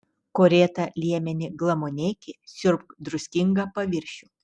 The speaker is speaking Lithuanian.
korėtą liemenį glamonėki siurbk druskingą paviršių